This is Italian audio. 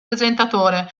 presentatore